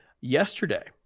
yesterday